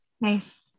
nice